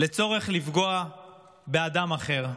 לצורך לפגוע באדם אחר,